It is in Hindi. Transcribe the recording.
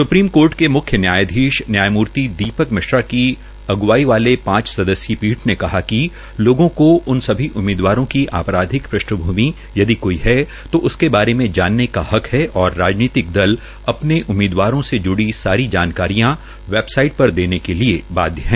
स्प्रीम कोर्ट के म्ख्य नयायाधीश न्यायमूर्ति दीपक मिश्रा की अगुवाई वाले पांच सदस्यीय पीठ ने कहा कि लोगों को उन सभी उम्मीदवारों की आपराधिक पृष्ठभूमि यदि कोई है तो उसके बारे में जानने का हक है और राजनीतक दल अपने उम्मीदवारों से जुड़ी सारी जानकारियां वेबसाइट पर देने करने के लिये बाध्य है